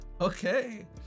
Okay